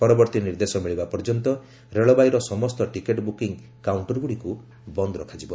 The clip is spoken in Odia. ପରବର୍ତ୍ତୀ ନିର୍ଦ୍ଦେଶ ମିଳିବା ପର୍ଯ୍ୟନ୍ତ ରେଳବାଇର ସମସ୍ତ ଟିକେଟ୍ ବୃକିଂ କାଉଣ୍ଟର୍ଗୁଡ଼ିକୁ ବନ୍ଦ୍ ରଖାଯିବ